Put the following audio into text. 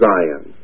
Zion